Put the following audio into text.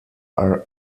are